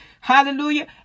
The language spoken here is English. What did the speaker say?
Hallelujah